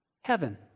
Heaven